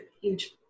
huge